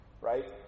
right